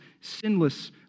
sinless